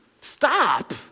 Stop